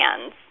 hands